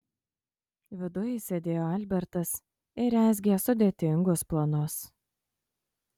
viduj sėdėjo albertas ir rezgė sudėtingus planus